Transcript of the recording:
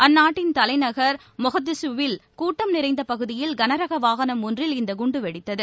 அந்நாட்டின் தலைநகர் மகதிஷு வில் கூட்டம் நிறைந்த பகுதியில் கனரக வாகனம் ஒன்றில் இந்த குண்டு வெடித்தது